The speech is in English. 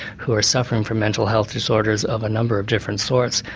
who are suffering from mental health disorders of a number of different sorts,